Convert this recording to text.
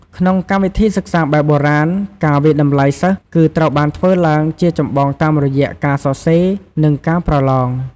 ក្នុងកម្មវិធីសិក្សាបែបបុរាណ ការវាយតម្លៃសិស្ស គឺត្រូវបានធ្វើឡើងជាចម្បងតាមរយៈ ការសរសេរ និង ការប្រឡង។